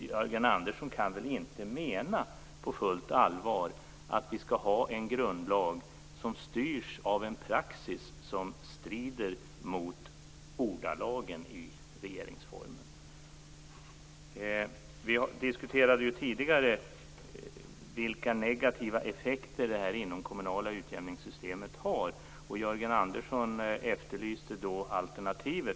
Jörgen Andersson kan väl inte mena på fullt allvar att vi skall ha en grundlag som styrs av en praxis som strider mot ordalagen i regeringsformen? Vi diskuterade tidigare vilka negativa effekter det inomkommunala utjämningssystemet har. Jörgen Andersson efterlyste alternativ.